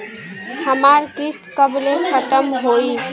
हमार किस्त कब ले खतम होई?